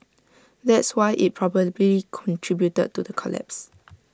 that's why IT probably contributed to the collapse